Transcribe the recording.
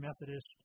Methodist